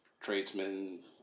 tradesmen